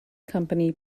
company